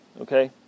okay